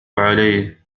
عليه